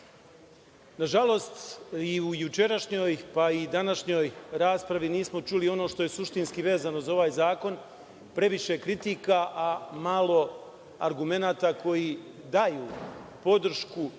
pažnja. Nažalost, i u jučerašnjoj, pa i današnjoj raspravi, nismo čuli ono što je suštinski vezano za ovaj zakon. Previše kritika, a malo argumenata koji daju podršku